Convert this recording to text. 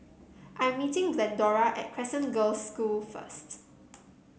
i am meeting Glendora at Crescent Girls' School first